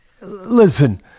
listen